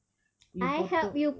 we potong